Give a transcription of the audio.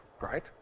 right